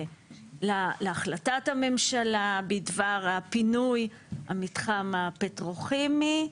להחלטת הממשלה בדבר הפינוי המתחם הפטרוכימי,